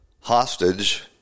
hostage